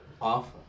off